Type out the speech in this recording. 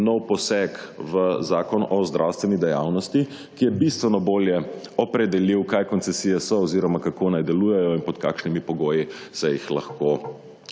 nov poseg v Zakon o zdravstveni dejavnosti, ki je bistveno bolje opredelil, kaj koncesije so oziroma kako naj delujejo in pod kakšnimi pogoji se jih lahko,